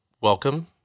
welcome